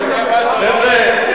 חבר'ה,